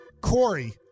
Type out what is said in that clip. Corey